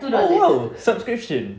oh !wow! subscription